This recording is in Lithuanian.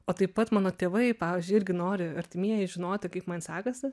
o taip pat mano tėvai pavyzdžiui irgi nori artimieji žinoti kaip man sekasi